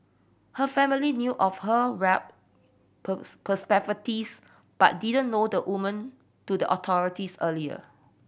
her family knew of her warped perspectives but didn't know the woman to the authorities earlier